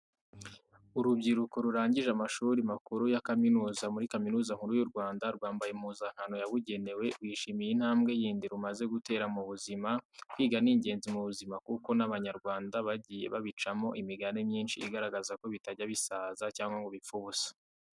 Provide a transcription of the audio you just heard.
Urubyiruko rurangije amashuri makuru ya kaminuza muri Kaminuza nkuru y'u Rwanda, rwambaye impuzankano yabugenewe, rwishimiye intambwe yindi rumaze gutera mu buzima. Kwiga ni ingenzi mu buzima kuko n'Abanyarwanda bagiye babicamo imigani myinshi igaragaza ko bitajya bisaza cyangwa ngo bipfe ubusa